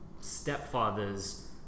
stepfather's